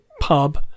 pub